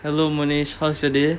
hello munis how's your day